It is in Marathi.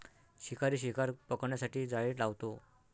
शिकारी शिकार पकडण्यासाठी जाळे लावतो